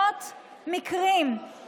אינו נוכח מירי מרים רגב,